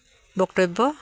বক্তব্য